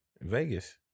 Vegas